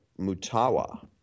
Mutawa